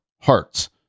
hearts